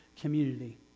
community